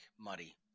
muddy